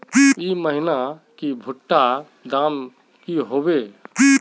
ई महीना की भुट्टा र दाम की होबे परे?